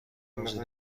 روز